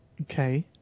Okay